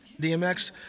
DMX